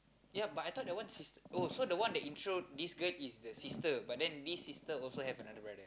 yup but I thought the one sis oh so the one that intro this girl is the sister but then this sister also have another brother